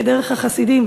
כדרך החסידים,